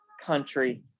Country